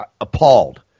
appalled